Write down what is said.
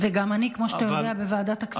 ואני גם, כמו שאתה יודע, בוועדת הכספים.